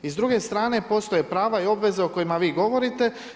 I s druge strane, postoje prava i obveza o kojima vi govorite.